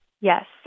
Yes